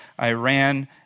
Iran